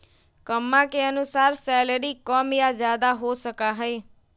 कम्मा के अनुसार सैलरी कम या ज्यादा हो सका हई